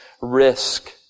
risk